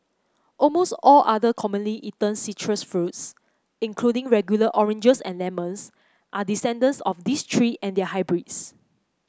almost all other commonly eaten citrus fruits including regular oranges and lemons are descendants of these three and their hybrids